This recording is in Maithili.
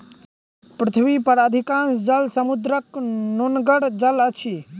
पृथ्वी पर अधिकांश जल समुद्रक नोनगर जल अछि